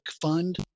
fund